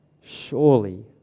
surely